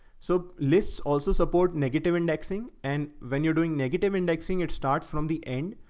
so lists also support negative indexing. and when you're doing negative indexing, it starts from the end.